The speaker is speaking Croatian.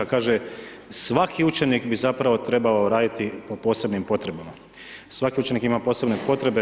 Kaže: „Svaki učenik bi zapravo trebao raditi po posebnim potrebama.“ Svaki učenik ima posebne potrebe.